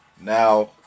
Now